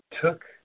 took